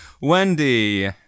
Wendy